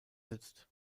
sitzt